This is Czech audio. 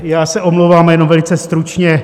Já se omlouvám a jenom velice stručně.